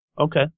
Okay